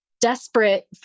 desperate